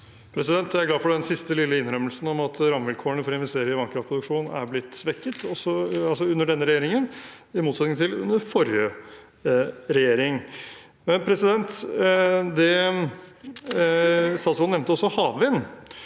Jeg er glad for den siste lille innrømmelsen om at rammevilkårene for å investere i vannkraftproduksjon er blitt svekket under denne regjeringen, i motsetning til under forrige regjering. Statsråden nevnte også havvind,